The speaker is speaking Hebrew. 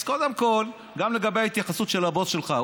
אז קודם כול, גם לגבי ההתייחסות של הבוס שלך.